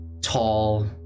tall